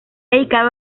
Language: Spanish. dedicado